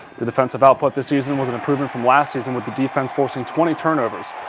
the defensive output this season was an improvement from last season with the defense forcing twenty turnovers,